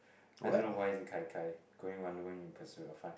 I don't know why is it gai gai going on in pursuit of fun